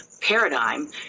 paradigm